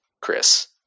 Chris